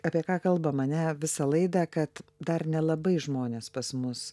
apie ką kalbam ane visą laidą kad dar nelabai žmonės pas mus